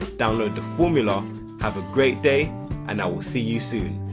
download the formula have a great day and i will see you soon